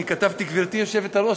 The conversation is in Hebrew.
אני כתבתי "גברתי היושבת-ראש",